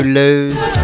lose